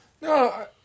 No